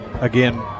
again